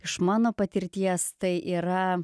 iš mano patirties tai yra